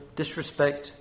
disrespect